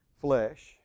flesh